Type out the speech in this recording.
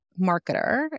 marketer